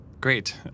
great